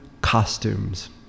costumes